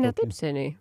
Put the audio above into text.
ne taip seniai